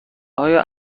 ایا